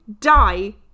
die